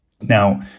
Now